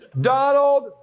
Donald